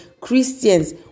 Christians